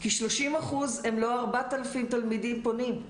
כי 30% הם לא 4,000 תלמידים פונים.